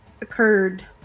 occurred